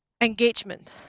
engagement